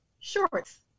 shorts